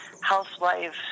housewife